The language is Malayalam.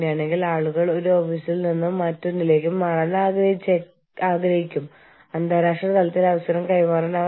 മുൻനിര തൊഴിലാളികൾക്ക് മാത്രമല്ല തൊഴിലുടമകൾക്കും ഒത്തുചേർന്ന് ഒരു കോൺഫെഡറേഷൻ രൂപീകരിക്കാം